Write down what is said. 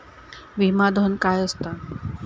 विमा धन काय असता?